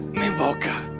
mi boca!